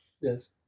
Yes